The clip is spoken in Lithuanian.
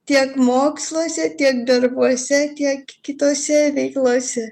tiek moksluose tiek darbuose kiek kitose veiklose